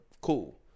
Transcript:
cool